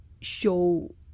show